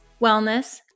wellness